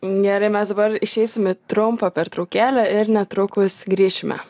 gerai mes dabar išeisim į trumpą pertraukėlę ir netrukus grįšime